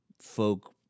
Folk